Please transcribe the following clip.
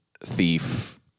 thief